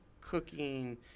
cooking